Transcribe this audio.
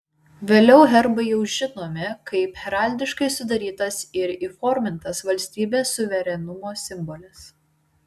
vėliau herbai jau žinomi kaip heraldiškai sudarytas ir įformintas valstybės suverenumo simbolis